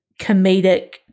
comedic